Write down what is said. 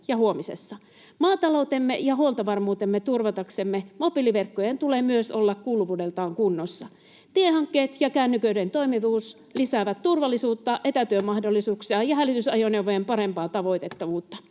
Maataloutemme ja huoltovarmuutemme turvataksemme myös mobiiliverkkojen tulee olla kuuluvuudeltaan kunnossa. Tiehankkeet ja kännyköiden toimivuus lisäävät turvallisuutta, etätyömahdollisuuksia ja hälytysajoneuvojen parempaa tavoitettavuutta.